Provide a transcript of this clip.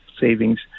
savings